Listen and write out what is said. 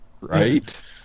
Right